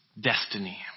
destiny